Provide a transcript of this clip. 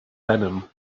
venom